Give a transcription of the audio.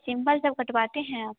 simple सब कटवाते हैं आप